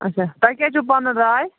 اچھا تۄہہِ کیٛاہ چھُو پَنُن راے